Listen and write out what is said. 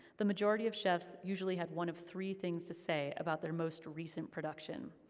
the majority of chefs usually have one of three things to say about their most recent production.